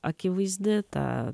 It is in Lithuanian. akivaizdi ta